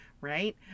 right